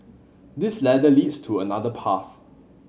this ladder leads to another path